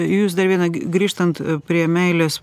jūs dar vieną g grįžtant prie meilės